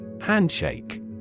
Handshake